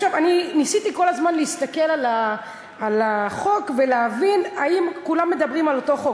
אני ניסיתי כל הזמן להסתכל על החוק ולהבין אם כולם מדברים על אותו חוק.